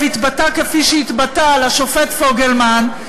התבטא כפי שהתבטא על השופט פוגלמן,